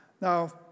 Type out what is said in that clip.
Now